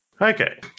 Okay